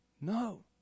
No